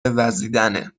وزیدنه